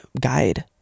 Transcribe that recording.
guide